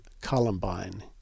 Columbine